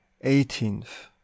Eighteenth